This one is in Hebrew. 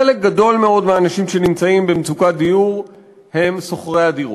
חלק גדול מאוד מהאנשים שנמצאים במצוקת דיור הם שוכרי הדירות.